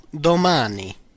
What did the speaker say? domani